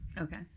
Okay